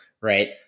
right